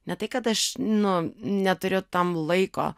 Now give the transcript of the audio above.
ne tai kad aš nu neturiu tam laiko